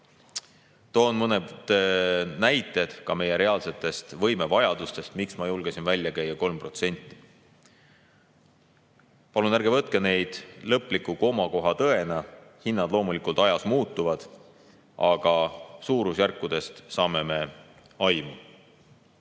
Toon mõned näited ka meie reaalsetest võimevajadustest, miks ma julgesin välja käia 3%. Palun ärge võtke neid lõpliku komakoha tõena, hinnad loomulikult ajas muutuvad, aga suurusjärkudest saame me aimu.